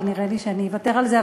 אבל נראה לי שאני אוותר על זה.